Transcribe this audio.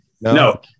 no